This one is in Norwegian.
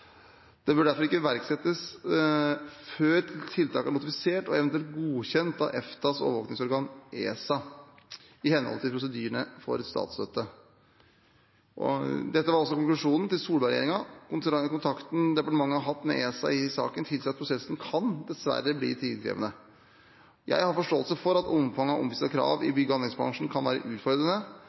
EFTAs overvåkingsorgan, ESA, i henhold til prosedyrene for statsstøtte. Dette var konklusjonen til Solberg-regjeringen. Kontakten departementet har hatt med ESA i saken, tilsier at prosessen dessverre kan bli tidkrevende. Jeg har forståelse for at omfanget av omtvistede krav i bygge- og anleggsbransjen kan være utfordrende.